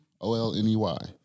O-L-N-E-Y